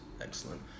Excellent